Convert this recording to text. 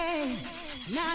Now